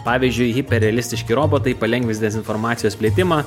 pavyzdžiui hiperrealistiški robotai palengvins dezinformacijos plitimą